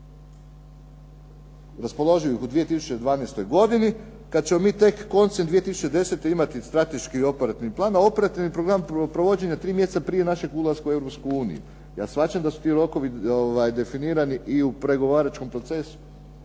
raspoloživih u 2012. godini kad ćemo mi tek koncem 2010. imati strateški i operativni plan, a operativni program provođenje tri mjeseca prije našeg ulaska u Europsku uniju. Ja shvaćam da su ti rokovi definirani i u pregovaračkom procesu,